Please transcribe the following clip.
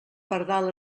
pardal